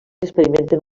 experimenten